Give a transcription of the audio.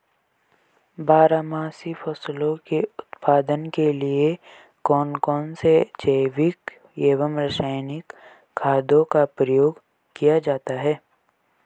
बारहमासी फसलों के उत्पादन के लिए कौन कौन से जैविक एवं रासायनिक खादों का प्रयोग किया जाता है?